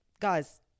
guys